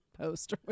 post